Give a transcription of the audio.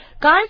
Guys